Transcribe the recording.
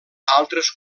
altres